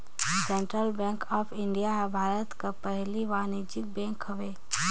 central bank of India हर भारत कर पहिल वानिज्यिक बेंक हवे